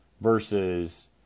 versus